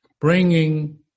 Bringing